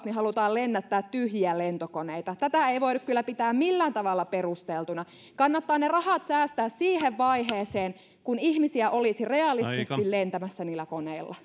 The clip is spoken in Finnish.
niin halutaan lennättää tyhjiä lentokoneita tätä ei ei voida kyllä pitää millään tavalla perusteltuna kannattaa ne rahat säästää siihen vaiheeseen kun ihmisiä olisi realistisesti lentämässä niillä koneilla